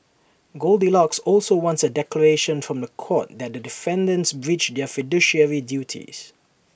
goldilocks also wants A declaration from The Court that the defendants breached their fiduciary duties